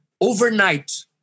overnight